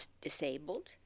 disabled